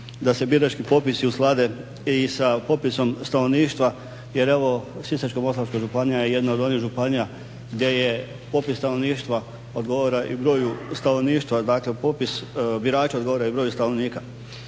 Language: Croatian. da se birački popisi usklade i sa popisom stanovništva jer evo Sisačko-moslavačka županija je jedna od onih županija gdje je popis stanovništva odgovara i broju stanovništva. Dakle, popis birača odgovara i broju stanovnika.